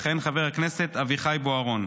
יכהן חבר הכנסת אביחי בוארון.